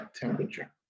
temperature